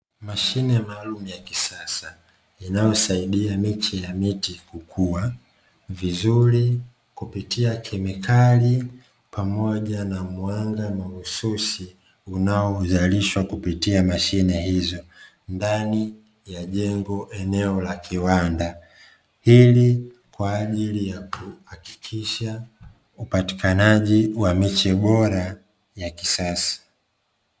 Mashine maalumu ya kisasa inayosaidia miche ya miti kukua vizuri kupitia kemikali na mwanga mahususi unazalishwa kupitia mashine hizo, ndani ya jengo eneo la kiwanda hili kwaajili ya kuhakikisha upatikanaji wa miche bora ya kisasa.